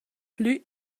plü